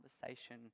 conversation